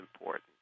important